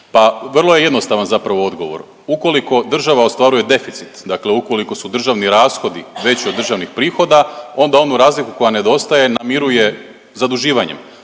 Pa vrlo je jednostavan zapravo odgovor. Ukoliko država ostvaruje deficit, dakle ukoliko su državni rashodi veći od državnih prihoda onda onu razliku koja nedostaje namiruje zaduživanjem